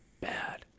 bad